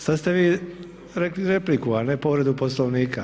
Sada ste vi rekli repliku a ne povredu Poslovnika.